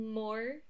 more